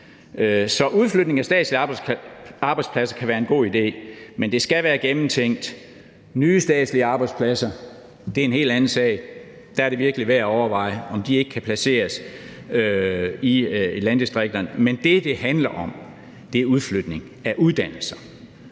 Så udflytning af statslige arbejdspladser kan være en god idé, men det skal være gennemtænkt. Nye statslige arbejdspladser er en helt anden sag, og der er det virkelig værd at overveje, om ikke de kan placeres i landdistrikterne. Men det, det handler om, er udflytning af uddannelser